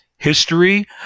History